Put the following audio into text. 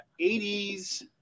80s